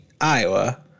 Iowa